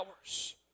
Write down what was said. hours